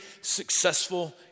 successful